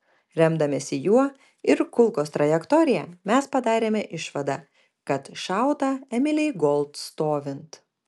remdamiesi juo ir kulkos trajektorija mes padarėme išvadą kad šauta emilei gold stovint